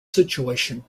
situation